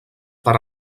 per